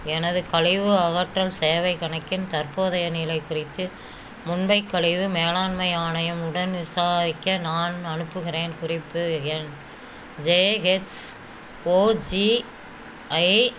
எனது கழிவு அகற்றல் சேவைக் கணக்கின் தற்போதைய நிலை குறித்து மும்பை கழிவு மேலாண்மை ஆணையம் உடன் விசாரிக்க நான் அனுப்புகிறேன் குறிப்பு எண் ஜேஹெச்ஓஜிஐ